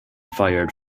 fired